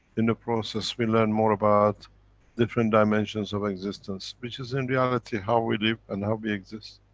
in the process, we learn more about different dimensions of existence which is in reality how we live and how we exist.